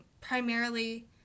primarily